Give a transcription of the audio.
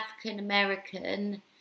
African-American